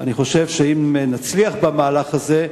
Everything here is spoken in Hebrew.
אני חושב שאם נצליח במהלך הזה,